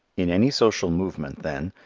in any social movement, then,